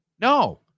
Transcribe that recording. No